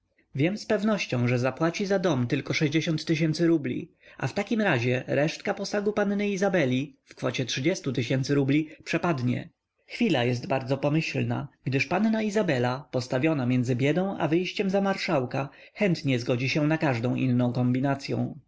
nieprzyjaciółka wiem zpewnością że zapłaci za dom tylko rubli a w takim razie resztka posagu panny izabeli w kwocie rubli przepadnie chwila jest bardzo pomyślna gdyż panna izabela postawiona między biedą a wyjściem za marszałka chętnie zgodzi się na każdą inną kombinacyą